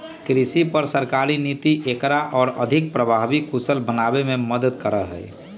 कृषि पर सरकारी नीति एकरा और अधिक प्रभावी और कुशल बनावे में मदद करा हई